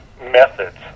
Methods